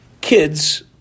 kids